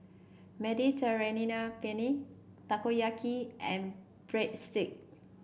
Mediterranean Penne Takoyaki and Breadsticks